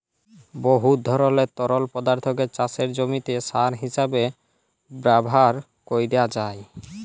বহুত ধরলের তরল পদাথ্থকে চাষের জমিতে সার হিঁসাবে ব্যাভার ক্যরা যায়